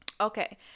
Okay